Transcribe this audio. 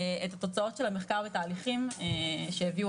את התוצאות של המחקר ואת התהליכים המלאים שהביאו